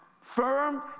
firm